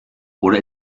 oder